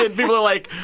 ah people are like,